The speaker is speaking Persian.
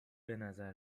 بنظر